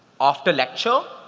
after lecture,